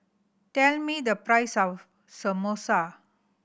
tell me the price of Samosa